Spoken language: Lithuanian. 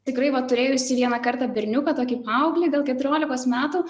tikrai va turėjusi vieną kartą berniuką tokį paauglį gal keturiolikos metų